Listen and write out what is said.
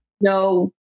No